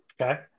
Okay